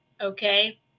Okay